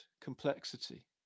complexity